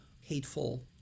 hateful